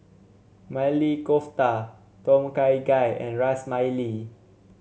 Maili Kofta Tom Kha Gai and Ras Malai